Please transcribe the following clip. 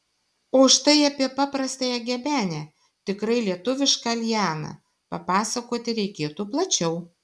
o štai apie paprastąją gebenę tikrai lietuvišką lianą papasakoti reikėtų plačiau